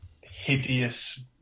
hideous